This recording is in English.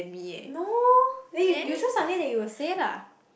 no then you you show something that you would say lah